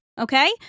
okay